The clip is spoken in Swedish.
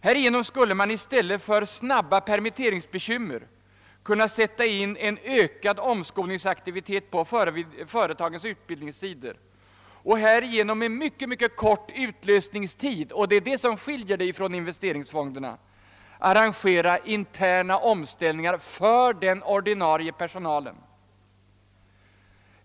Härigenom skulle man i stället för att få permitteringsbekymmer kunna sätta in en ökad omskolningsaktivitet inom företagens utbildningssektorer och härigenom med mycket kort utlösningstid — och det är det som skiljer dessa fonder från investeringsfonderna — arrangera interna omställningar för den ordinarie personalen.